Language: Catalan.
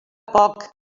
poc